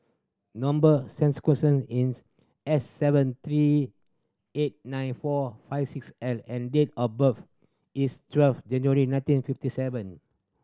number is S seven three eight nine four five six L and date of birth is twelve January nineteen fifty seven